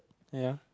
ya